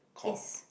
yes